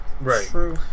Right